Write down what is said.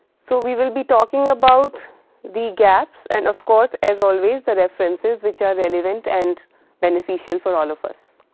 so, we will be talking about the gaps and of course as always the references which are relevant and beneficial for all of us.